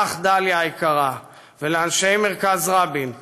לך, דליה היקרה, ולאנשי מרכז רבין,